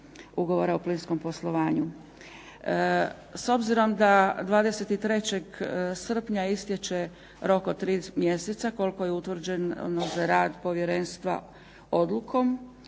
Ugovora o plinskom poslovanju. S obzirom da 23. srpnja istječe rok od 3 mjeseca koliko je utvrđeno za rad povjerenstva odlukom,